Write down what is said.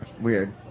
Weird